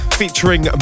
featuring